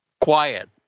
quiet